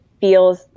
feels